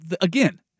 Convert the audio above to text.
again